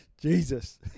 Jesus